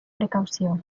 precaució